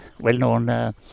well-known